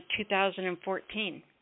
2014